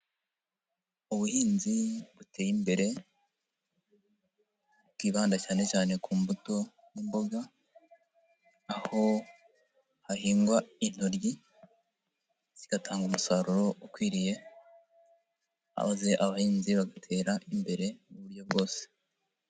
Ubuhinzi buteye imbere, bwibanda cyane cyane ku mbuto n'imboga, aho hahingwa intoryi, zigatanga umusaruro ukwiriye, abahinzi bagatera imbere, mu buryo bwose.